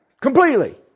Completely